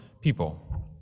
people